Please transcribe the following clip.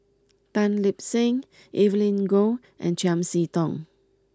Tan Lip Seng Evelyn Goh and Chiam See Tong